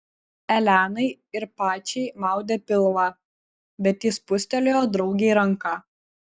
elenai ir pačiai maudė pilvą bet ji spustelėjo draugei ranką